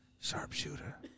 Sharpshooter